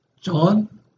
John